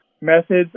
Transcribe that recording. methods